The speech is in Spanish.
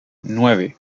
nueve